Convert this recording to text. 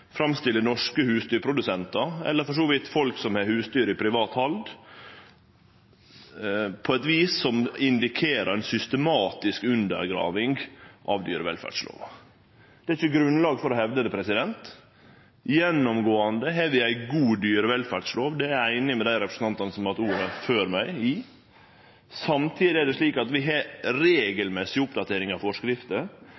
og norske husdyrprodusentar – eller for så vidt folk som har husdyr i privat hald – på eit vis som indikerer ei systematisk undergraving av dyrevelferdslova. Det er ikkje grunnlag for å hevde det. Gjennomgåande har vi ei god dyrevelferdslov, det er eg einig med dei representantane som har hatt ordet før meg, i. Samtidig er det slik at vi har